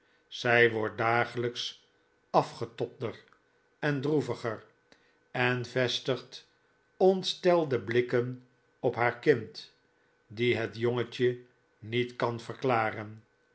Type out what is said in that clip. zij wordt dagelijks afgetobder en droeviger en vestigt ontstelde blikken op haar kind die het jongetje niet kan verklaren